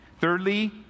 Thirdly